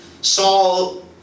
Saul